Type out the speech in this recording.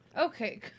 Okay